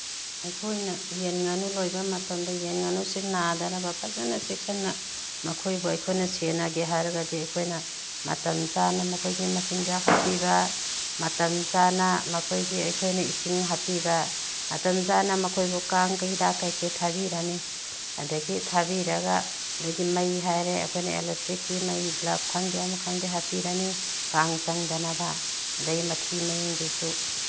ꯑꯩꯈꯣꯏꯅ ꯌꯦꯟ ꯉꯥꯅꯨ ꯂꯣꯏꯕ ꯃꯇꯝꯗ ꯌꯦꯟ ꯉꯥꯅꯨꯁꯦ ꯅꯥꯗꯅꯕ ꯐꯖꯅ ꯆꯦꯛꯁꯤꯟꯅ ꯃꯈꯣꯏꯕꯨ ꯑꯩꯈꯣꯏꯅ ꯁꯦꯟꯅꯒꯦ ꯍꯥꯏꯔꯒꯗꯤ ꯑꯩꯈꯣꯏꯅ ꯃꯇꯝ ꯆꯥꯅ ꯃꯈꯣꯏꯒꯤ ꯃꯆꯤꯟꯖꯥꯛ ꯍꯥꯞꯄꯤꯕ ꯃꯇꯝ ꯆꯥꯅ ꯃꯈꯣꯏꯒꯤ ꯑꯩꯈꯣꯏꯅ ꯏꯁꯤꯡ ꯍꯥꯞꯄꯤꯕ ꯃꯇꯝ ꯆꯥꯅ ꯃꯈꯣꯏꯕꯨ ꯀꯥꯡ ꯍꯤꯗꯥꯛ ꯀꯩꯀꯩ ꯊꯥꯕꯤꯔꯅꯤ ꯑꯗꯨꯗꯒꯤ ꯊꯥꯕꯤꯔꯒ ꯑꯗꯨꯗꯒꯤ ꯃꯩ ꯍꯥꯏꯔꯦ ꯑꯩꯈꯣꯏꯅ ꯑꯦꯂꯦꯛꯇ꯭ꯔꯤꯛꯀꯤ ꯃꯩ ꯕ꯭ꯂꯕ ꯈꯪꯗꯦ ꯑꯃ ꯈꯪꯗꯦ ꯍꯥꯞꯄꯤꯔꯅꯤ ꯀꯥꯡ ꯆꯪꯗꯅꯕ ꯑꯗꯨꯗꯩ ꯃꯊꯤ ꯃꯌꯨꯡꯗꯨꯁꯨ